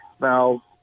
Now